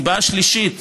הסיבה השלישית,